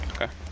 Okay